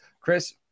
Chris